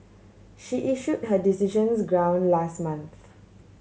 she issued her decisions ground last month